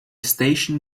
station